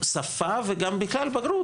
שפה, וגם בגלל בגרות.